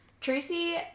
tracy